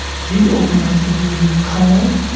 he organised a delivery of coal,